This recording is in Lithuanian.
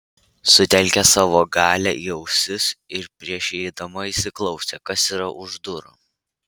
sutelkė savo galią į ausis ir prieš įeidama įsiklausė kas yra už durų